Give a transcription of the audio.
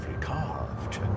carved